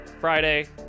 friday